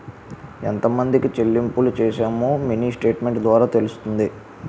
ఎంతమందికి చెల్లింపులు చేశామో మినీ స్టేట్మెంట్ ద్వారా తెలుస్తుంది